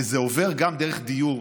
וזה עובר גם דרך דיור.